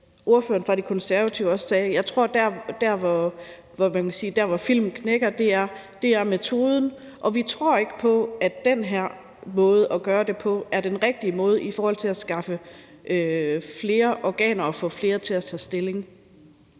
ordføreren fra De Konservative også sagde: Jeg tror, at der, hvor filmen knækker, er ved metoden, og vi tror ikke på, at den her måde at gøre det på er den rigtige måde i forhold til at skaffe flere organer og få flere til at tage stilling.